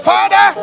Father